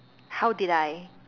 how did I